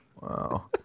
Wow